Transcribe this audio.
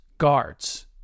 Guards